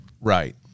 Right